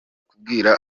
kubwira